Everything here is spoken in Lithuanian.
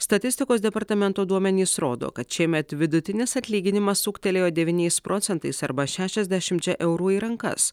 statistikos departamento duomenys rodo kad šiemet vidutinis atlyginimas ūgtelėjo devyniais procentais arba šešiasdešimčia eurų į rankas